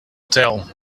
tell